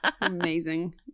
Amazing